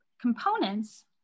components